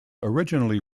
originally